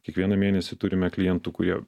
kiekvieną mėnesį turime klientų kurie